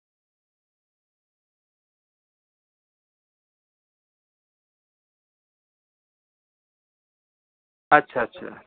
ᱟᱪᱪᱷᱟ ᱪᱷᱟ